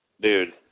Dude